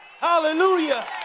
Hallelujah